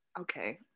Okay